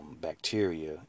bacteria